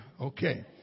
okay